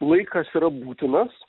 laikas yra būtinas